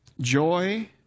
Joy